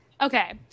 Okay